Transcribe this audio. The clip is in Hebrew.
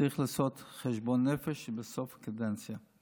צריך לעשות חשבון נפש בסוף הקדנציה.